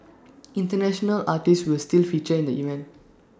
International artists will still feature in the event